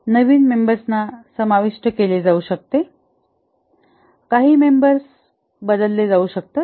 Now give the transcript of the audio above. नवीन मेंबर्सना समाविष्ट केले जाऊ शकते काही मेंबर्स बदलले जाऊ शकतात